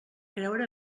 creure